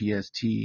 PST